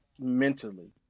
mentally